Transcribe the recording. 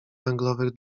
węglowych